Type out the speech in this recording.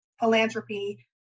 philanthropy